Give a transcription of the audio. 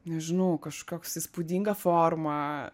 nežinau kažkoks įspūdinga forma